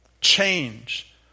change